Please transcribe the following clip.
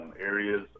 areas